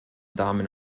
damen